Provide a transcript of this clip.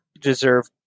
deserve